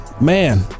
man